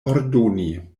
ordoni